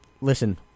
Listen